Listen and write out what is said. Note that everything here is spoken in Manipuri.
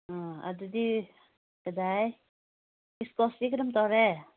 ꯑꯗꯨꯗꯤ ꯀꯗꯥꯏ ꯏꯁꯀ꯭ꯋꯥꯁꯇꯤ ꯀꯔꯝ ꯇꯧꯔꯦ